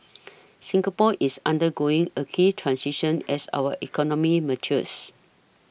Singapore is undergoing a key transition as our economy matures